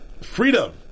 Freedom